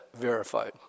verified